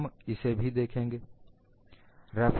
हम इसे भी देखेंगे